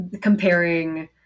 Comparing